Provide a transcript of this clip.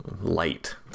light